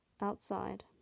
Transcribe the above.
Outside